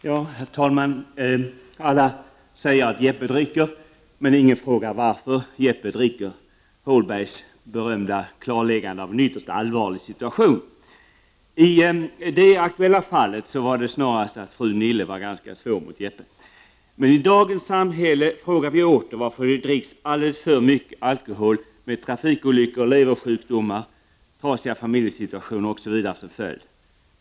Herr talman! Alla säger att Jeppe dricker, men ingen frågar varför Jeppe dricker — Holbergs berömda klarläggande av en ytterst allvarlig situation. I det aktuella fallet var det snarast att fru Nille var ganska svår mot Jeppe. I dagens samhälle frågar vi åter varför det dricks alldeles för mycket alkohol med trafikolyckor, leversjukdomar, trasiga familjesituationer osv. som följd.